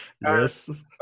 yes